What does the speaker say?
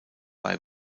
bei